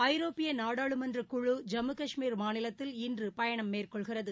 ஐரோப்பிய நாடாளுமன்ற குழு ஜம்மு காஷ்மீர் மாநிலத்தில் இன்று பயணம் மேற்கொள்கிறது